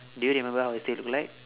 do you remember what how is it look like